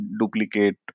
duplicate